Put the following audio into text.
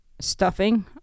Stuffing